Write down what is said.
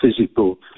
physical